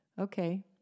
Okay